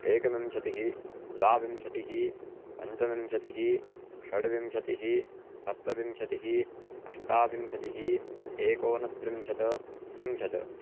एकविंशतिः द्वाविंशतिः पञ्चविंशतिः षड्विंशतिः सप्तविंशतिः अष्टाविंशतिः एकोनत्रिंशत् त्रिंशत्